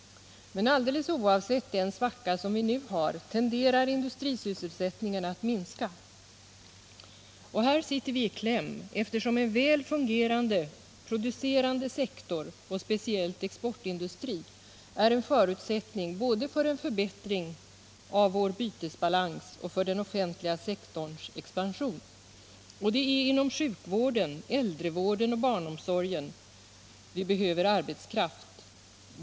Men alldeles oavsett den svacka som vi nu har, tenderar industrisysselsättningen att minska. Och här sitter vi i kläm, eftersom en väl fungerande, producerande sektor, speciellt exportindustri, är en förutsättning både för en förbättring av vår bytesbalans och för den offentliga sektorns expansion. Och det är inom sjukvården, äldrevården och barnomsorgen vi behöver arbetskraft.